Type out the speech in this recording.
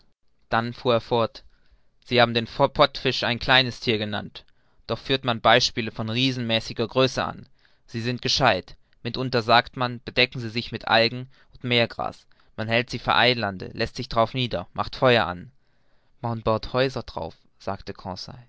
dann fuhr er fort sie haben den pottfisch ein kleines thier genannt doch führt man beispiele von riesenmäßiger größe an sie sind gescheit mitunter sagt man bedecken sie sich mit algen und meergras man hält sie für eilande läßt sich darauf nieder macht feuer an man baut häuser darauf sagte